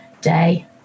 day